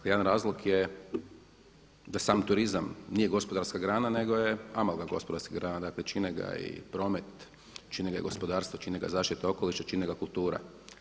Jedan razlog je da sam turizam nije gospodarska grana nego je amaga gospodarska grana, dakle čine ga i promet, čine ga i gospodarstvo, čine ga zaštita okoliša, čine ga kulture.